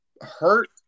hurt